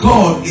God